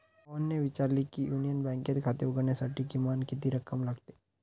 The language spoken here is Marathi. मोहनने विचारले की युनियन बँकेत खाते उघडण्यासाठी किमान किती रक्कम लागते?